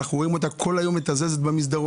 אנחנו רואים אותה כל היום מתזזת במסדרונות,